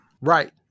Right